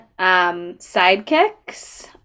sidekicks